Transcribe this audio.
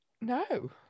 No